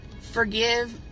Forgive